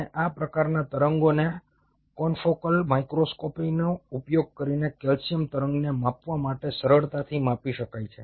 અને આ પ્રકારના તરંગોને કોન્ફોકલ માઇક્રોસ્કોપીનો ઉપયોગ કરીને કેલ્શિયમ તરંગને માપવા માટે સરળતાથી માપી શકાય છે